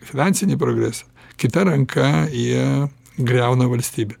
finansinį progresą kita ranka jie griauna valstybę